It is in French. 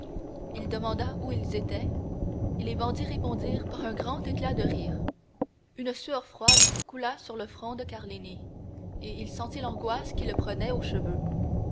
il demanda où ils étaient les bandits répondirent par un grand éclat de rire une sueur froide coula sur le front de carlini et il sentit l'angoisse qui le prenait aux cheveux